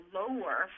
lower